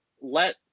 let